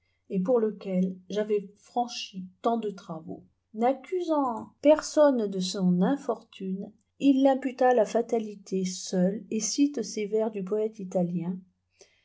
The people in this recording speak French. et pour lequel j'avais franchi tant de travaux n'accusant personne de son infortune il l'impute à la fatalité seule et cite ces vers du poète italien